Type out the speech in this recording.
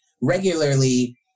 regularly